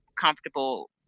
comfortable